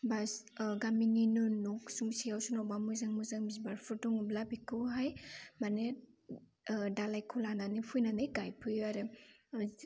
बा गामिनिनो न'सुंसेयाव सोरनावबा मोजां मोजां बिबारफोर दङब्ला बेखौहाय माने दालायखौ लानानै फैनानै गायफैयो आरो